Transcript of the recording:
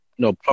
No